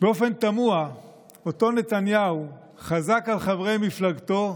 באופן תמוה אותו נתניהו חזק על חברי מפלגתו,